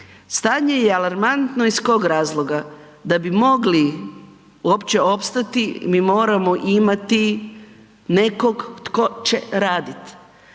Stanje je alarmantno iz kod razloga? Da bi mogli uopće opstati mi moramo imati nekog tko će raditi.